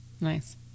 Nice